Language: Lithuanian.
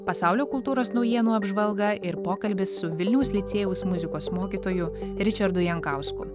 pasaulio kultūros naujienų apžvalga ir pokalbis su vilniaus licėjaus muzikos mokytoju ričardu jankausku